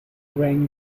rang